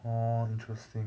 orh interesting